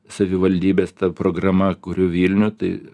savivaldybės ta programa kuriu vilnių tai